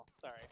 Sorry